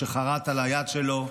שחרט על היד שלו: